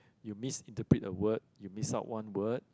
you misinterpret a word you miss out one word